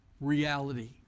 reality